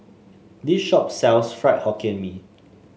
this shop sells Fried Hokkien Mee